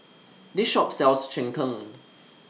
This Shop sells Cheng Tng